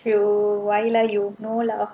you why lah you know lah